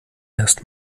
erst